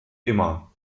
immer